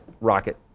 rocket